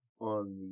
on